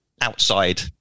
outside